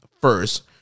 first